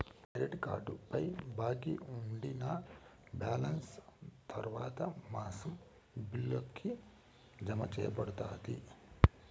credit కార్డుపై బాకీ ఉండినా బాలెన్స్ తర్వాత మాసం బిల్లుకి, జతచేయబడతాది